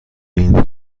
این